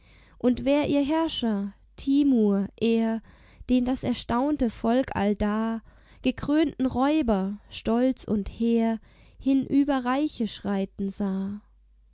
und wer ihr herrscher timur er den das erstaunte volk allda gekrönten räuber stolz und hehr hin über reiche schreiten sah